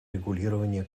регулирования